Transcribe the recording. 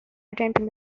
attempting